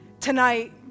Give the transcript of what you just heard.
tonight